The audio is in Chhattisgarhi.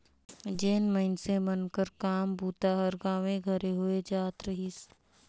जेन मइनसे मन कर काम बूता हर गाँवे घरे होए जात रहिस